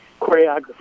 choreographer